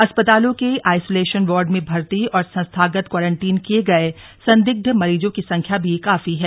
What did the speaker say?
अस्पतालों के isolation ward में भर्ती और संस्थागत क्वारंटीन किये गए संदिग्ध मरीजों की संख्या भी काफी है